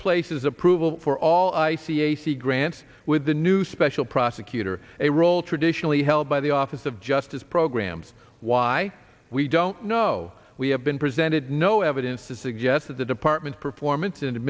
places approval for all i see ac grants with the new special prosecutor a role traditionally held by the office of justice programs why we don't know we have been presented no evidence to suggest that the department's performance